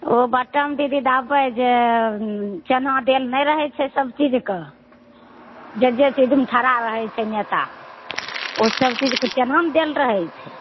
ओ button दीदी दाबबय जे चेन्हा देल नहि रहय छै सभचीजके जे जे चीजमे ठड़ा रहय छै नेता ओ सभचीज के चिन्हयमे देल रहय छै